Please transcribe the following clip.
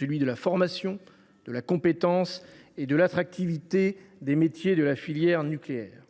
la formation, la compétence et l’attractivité des métiers de la filière nucléaire.